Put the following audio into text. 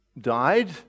died